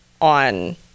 on